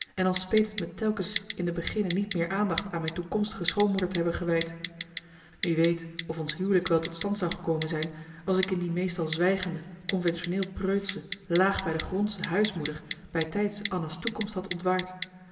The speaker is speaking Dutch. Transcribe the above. en dan speet het me telkens in de beginne niet meer aandacht aan mijn toekomstige schoonmoeder te hebben gewijd wie weet of ons huwelijk wel tot stand zou gekomen zijn als ik in die meestal zwijgende conventioneel preutsche laag bij de grondsche huismoeder bij tijds anna's toekomst had ontwaard